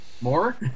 More